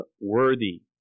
worthy